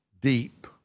deep